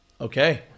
Okay